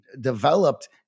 developed